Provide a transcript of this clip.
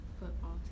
football